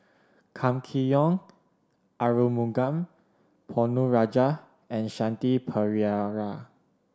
Kam Kee Yong Arumugam Ponnu Rajah and Shanti Pereira